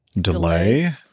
delay